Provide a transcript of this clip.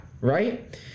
right